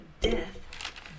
death